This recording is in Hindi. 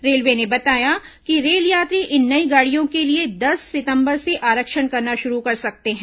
रेलवे ने बताया कि रेल यात्री इन नई गाडियों के लिए दस सितंबर से आरक्षण करना शुरू कर सकते हैं